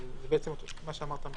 אבל זה בעצם זה מה שאמרת מקודם.